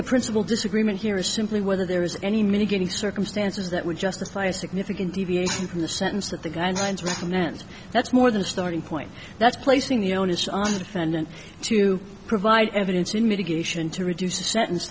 the principle disagreement here is simply whether there is any mitigating circumstances that would justify a significant deviation from the sentence that the guidelines are nancy that's more than a starting point that's placing the onus on the defendant to provide evidence in mitigation to reduce the sentence